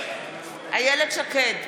איילת שקד,